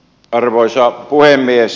arvoisa puhemies